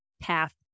path